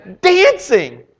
Dancing